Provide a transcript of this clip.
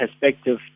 perspective